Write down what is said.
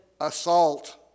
assault